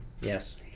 Yes